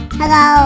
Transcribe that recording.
hello